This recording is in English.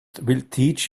teach